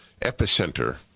epicenter